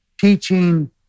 teaching